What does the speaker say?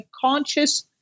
conscious